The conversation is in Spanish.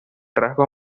rasgo